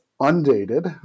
undated